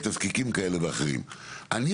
אני,